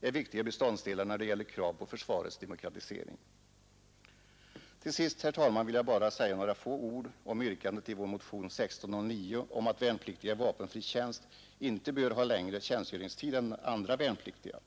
är viktiga beståndsdelar när det gäller krav på försvarets demokratisering. Till sist, herr talman, vill jag bara säga några få ord om yrkandet i vår motion nr 1609 om att värnpliktiga i vapenfri tjänst inte bör ha längre tjänstgöringstid än andra värnpliktiga.